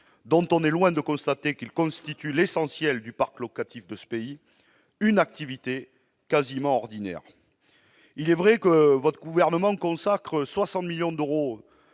dont on est loin de constater qu'ils constituent l'essentiel du parc locatif de ce pays, une activité quasiment ordinaire. Il est vrai que votre gouvernement consacre 60 millions d'euros